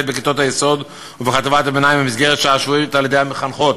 בכיתות היסוד ובחטיבת הביניים במסגרת שעה שבועית על-ידי המחנכות,